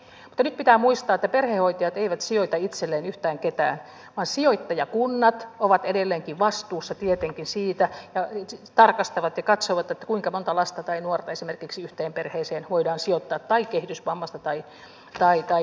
mutta nyt pitää muistaa että perhehoitajat eivät sijoita itselleen yhtään ketään vaan sijoittajakunnat ovat edelleenkin vastuussa tietenkin siitä tarkastavat ja katsovat kuinka monta lasta tai nuorta esimerkiksi yhteen perheeseen voidaan sijoittaa tai kehitysvammaista tai mielenterveyskuntoutujaa